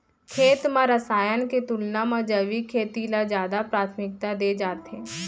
खेत मा रसायन के तुलना मा जैविक खेती ला जादा प्राथमिकता दे जाथे